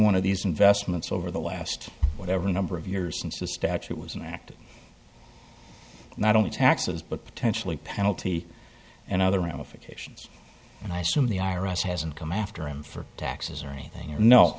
of these investments over the last whatever number of years since the statute was an act not only taxes but potentially penalty and other ramifications and i assume the i r s hasn't come after him for taxes or anything you kno